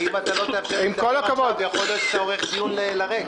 אבל אם אתה לא תאפשר לי לדבר עכשיו יכול להיות שאתה עורך דיון לריק.